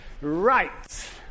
Right